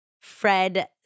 Fred